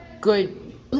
good